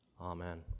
Amen